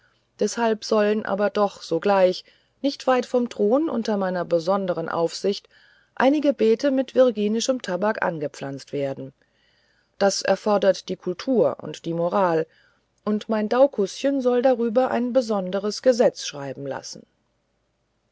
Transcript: deshalb sollen aber doch sogleich nicht weit vom thron unter meiner besondern aufsicht einige beete mit virginischem tabak angepflanzt werden das erfordert die kultur und die moral und mein daucuschen soll darüber ein besonderes gesetz schreiben lassen